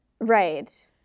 Right